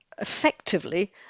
effectively